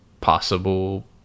possible